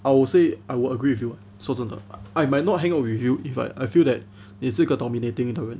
I would say I would agree with you 说真的 I might not hang out with you if I I feel that 你这个 dominating 的人